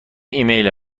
ایمیل